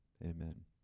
amen